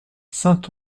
saint